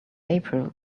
april